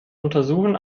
untersuchen